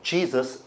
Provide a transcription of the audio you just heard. Jesus